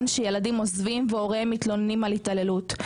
כשילדים עוזבים והוריהם מתלוננים על התעללות.